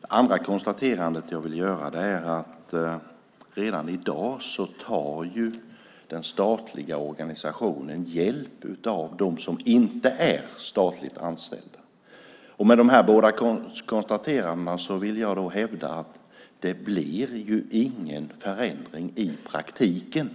Det andra konstaterandet är att redan i dag tar den statliga organisationen hjälp av dem som inte är statligt anställda. Med de båda konstaterandena vill jag hävda att det i praktiken inte blir någon förändring.